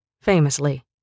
famously